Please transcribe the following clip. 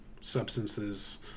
substances